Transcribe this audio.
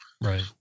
Right